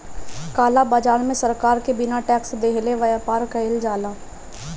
काला बाजार में सरकार के बिना टेक्स देहले व्यापार कईल जाला